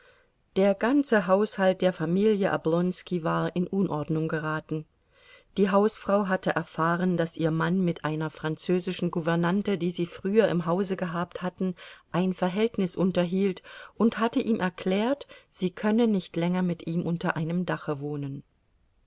der ganze haushalt der familie oblonski war in unordnung geraten die hausfrau hatte erfahren daß ihr mann mit einer französischen gouvernante die sie früher im hause gehabt hatten ein verhältnis unterhielt und hatte ihm erklärt sie könne nicht länger mit ihm unter einem dache wohnen